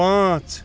پانٛژ